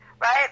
right